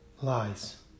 lies